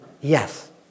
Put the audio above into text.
Yes